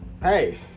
hey